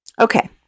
Okay